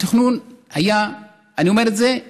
התכנון היה מצוין.